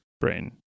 brain